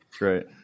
right